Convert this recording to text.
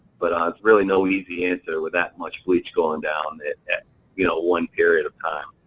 but it's really no easy answer with that much bleach going down at you know one period of time.